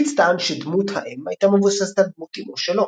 קיטס טען שדמות האם הייתה מבוססת על דמות אמו שלו.